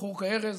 בחור כארז,